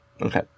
Okay